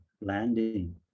landing